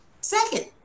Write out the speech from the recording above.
Second